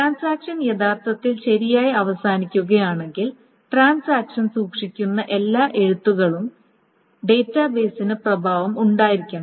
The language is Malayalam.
ട്രാൻസാക്ഷൻ യഥാർത്ഥത്തിൽ ശരിയായി അവസാനിക്കുകയാണെങ്കിൽ ട്രാൻസാക്ഷൻ സൂക്ഷിക്കുന്ന എല്ലാ എഴുത്തുകൾക്കും ഡാറ്റാബേസിന് പ്രഭാവം ഉണ്ടായിരിക്കണം